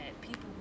people